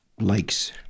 likes